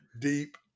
deep